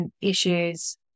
issues